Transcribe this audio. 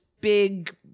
big